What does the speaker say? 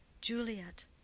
Juliet